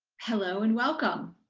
hello and welcome.